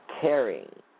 Caring